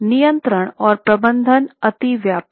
नियंत्रण और प्रबंधन अतिव्यापी था